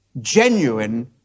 genuine